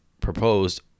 proposed